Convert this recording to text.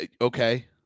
okay